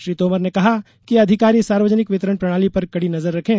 श्री तोमर ने कहा कि अधिकारी सार्वजनिक वितरण प्रणाली पर कड़ी नजर रखें